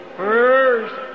first